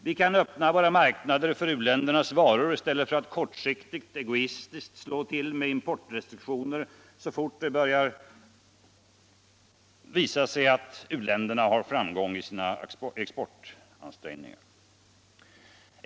Vi kan öppna våra marknader för u-ländernas varor, i stället för att kortsiktigt egoistiskt slå till med importrestriktioner så fort det börjar visa sig att u-länderna har framgång i sina exportansträngningar.